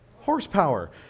Horsepower